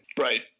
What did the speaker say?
Right